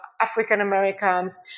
African-Americans